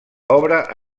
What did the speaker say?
obra